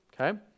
okay